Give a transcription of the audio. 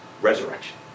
resurrection